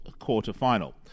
quarterfinal